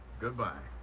good-bye.